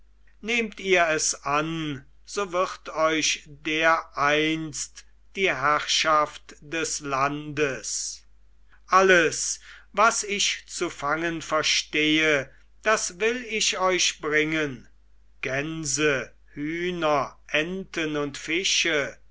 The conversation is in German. nehmt ihr es an so wird euch dereinst die herrschaft des landes alles was ich zu fangen verstehe das will ich euch bringen gänse hühner enten und fische